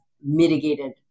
mitigated